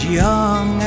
young